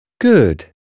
Good